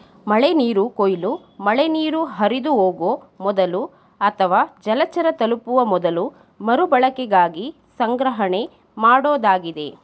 ಮಳೆನೀರು ಕೊಯ್ಲು ಮಳೆನೀರು ಹರಿದುಹೋಗೊ ಮೊದಲು ಅಥವಾ ಜಲಚರ ತಲುಪುವ ಮೊದಲು ಮರುಬಳಕೆಗಾಗಿ ಸಂಗ್ರಹಣೆಮಾಡೋದಾಗಿದೆ